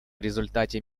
результате